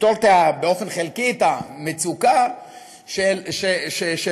תפתור באופן חלקי את המצוקה שלהם